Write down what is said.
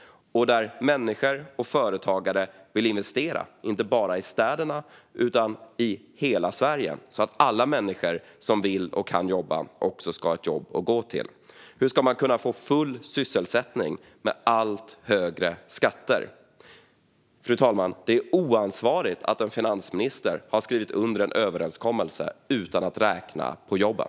Hur ska människor och företagare vilja investera, inte bara i städerna utan i hela Sverige, så att alla människor som vill och kan jobba ska ha ett jobb att gå till? Hur ska man kunna få full sysselsättning med allt högre skatter? Fru talman! Det är oansvarigt att en finansminister har skrivit under en överenskommelse utan att ha räknat på jobben.